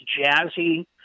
jazzy